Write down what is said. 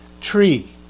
tree